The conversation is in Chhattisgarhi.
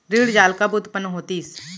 ऋण जाल कब उत्पन्न होतिस?